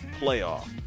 playoff